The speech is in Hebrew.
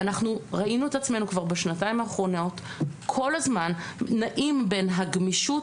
ראינו את עצמנו כבר בשנתיים האחרונות כל הזמן נעים בין הגמישות,